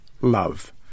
Love